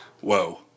Whoa